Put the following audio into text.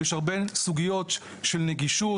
יש הרבה סוגיות של נגישות.